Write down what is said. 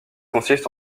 consiste